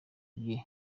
bye